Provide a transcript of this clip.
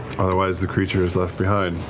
otherwise the creature is left behind.